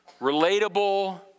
relatable